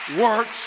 works